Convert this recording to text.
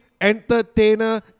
entertainer